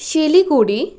Siliguri